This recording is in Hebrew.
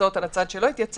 הוצאות על הצד שלא התייצב.